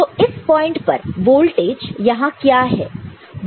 तो इस पॉइंट पर वोल्टेज यहां क्या है